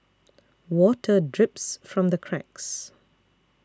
water drips from the cracks